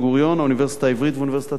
האוניברסיטה העברית ואוניברסיטת תל-אביב.